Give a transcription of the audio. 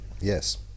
Yes